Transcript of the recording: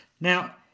Now